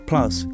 Plus